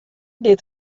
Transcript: dit